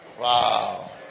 Wow